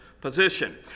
position